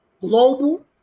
global